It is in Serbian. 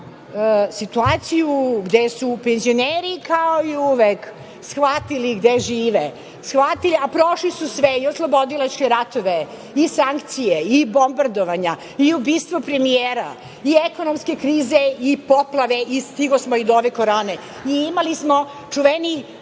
situaciju gde su penzioneri, kao i uvek, shvatili gde žive, a prošli su sve i oslobodilačke ratove, sankcije, bombardovanja, ubistva premijera, ekonomske krize, poplave i stigosmo i do ove Korone. Imali smo pretnju